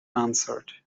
answered